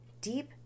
deep